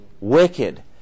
Wicked